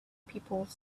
people